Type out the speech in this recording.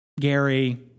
Gary